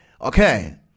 Okay